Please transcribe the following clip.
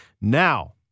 Now